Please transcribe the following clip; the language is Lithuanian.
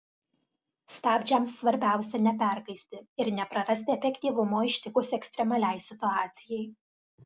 stabdžiams svarbiausia neperkaisti ir neprarasti efektyvumo ištikus ekstremaliai situacijai